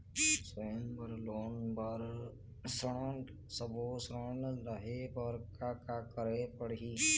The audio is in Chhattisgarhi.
स्वयं बर लोन, घर बर ऋण, ये सब्बो ऋण लहे बर का का करे ले पड़ही?